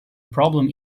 problem